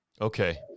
Okay